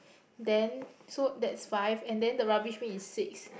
then so there is five and then the rubbish bin is sixth